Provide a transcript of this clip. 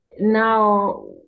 now